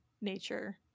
nature